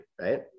right